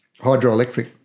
hydroelectric